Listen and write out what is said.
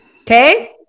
Okay